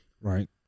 right